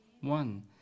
one